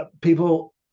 people